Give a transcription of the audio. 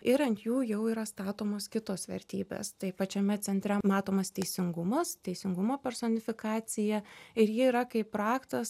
ir ant jų jau yra statomos kitos vertybės tai pačiame centre matomas teisingumas teisingumo personifikacija ir ji yra kaip raktas